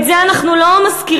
את זה אנחנו לא מזכירים.